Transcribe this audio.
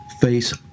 face